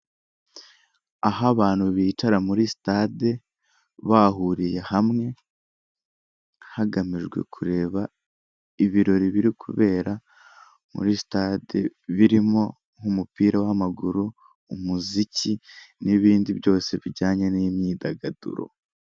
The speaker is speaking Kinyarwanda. Aho abantu bicara muri sitade bahuriye hamwe hagamijwe kureba ibirori biri kubera muri sitade birimo nk'umupira w'amaguru, umuziki, n'ibindi byose bijyanye n'imyidagaduro.